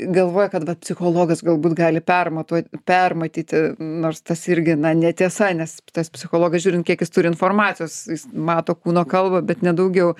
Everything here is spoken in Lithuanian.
galvoja kad vat psichologas galbūt gali per matuot permatyti nors tas irgi na netiesa nes tas psichologas žiūrint kiek jis turi informacijos jis mato kūno kalbą bet ne daugiau